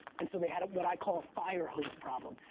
and so they had, what i call, a fire hose problem.